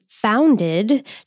founded